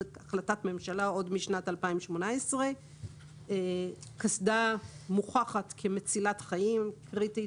זאת החלטת ממשלה עוד משנת 2018. קסדה מוכחת כמצילת חיים והיא קריטית.